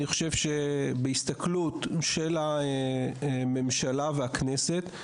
אני חושב שבהסתכלות של הממשלה ושל הכנסת,